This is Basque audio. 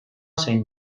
zein